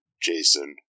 Jason